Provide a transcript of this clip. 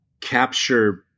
capture